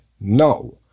no